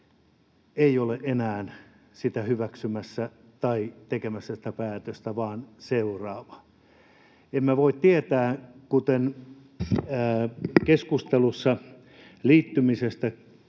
ei ole enää sitä hyväksymässä, tekemässä sitä päätöstä, vaan seuraava. Emme voi tietää. Kuten keskustelussa liittymisestä toin